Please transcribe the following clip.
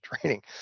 training